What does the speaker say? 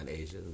Asia